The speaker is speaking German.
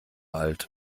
alt